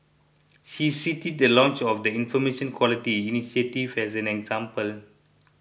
she cited the launch of the Information Quality initiative as an example